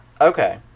Okay